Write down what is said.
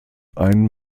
ein